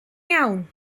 iawn